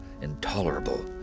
intolerable